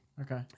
okay